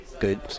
good